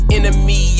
Enemy